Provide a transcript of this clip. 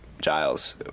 giles